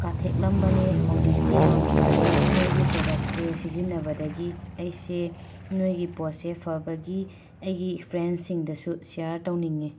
ꯀꯥꯊꯦꯛꯂꯝꯕꯅꯦ ꯍꯧꯖꯤꯛꯇꯤ ꯌꯥꯝ ꯐꯔꯦ ꯅꯣꯏꯒꯤ ꯄꯔꯗꯛꯁꯦ ꯁꯤꯖꯤꯟꯅꯕꯗꯒꯤ ꯑꯩꯁꯦ ꯅꯣꯏꯒꯤ ꯄꯣꯠꯁꯤ ꯐꯕꯒꯤ ꯑꯩꯒꯤ ꯐ꯭ꯔꯦꯟꯁꯤꯡꯗꯁꯨ ꯁ꯭ꯌꯥꯔ ꯇꯧꯅꯤꯡꯉꯦ